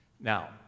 now